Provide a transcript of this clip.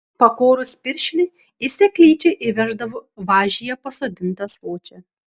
pakorus piršlį į seklyčią įveždavo važyje pasodintą svočią